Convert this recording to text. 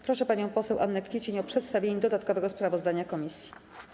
Proszę panią poseł Annę Kwiecień o przedstawienie dodatkowego sprawozdania komisji.